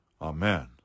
Amen